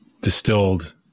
distilled